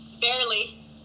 barely